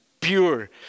pure